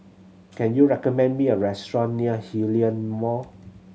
can you recommend me a restaurant near Hillion Mall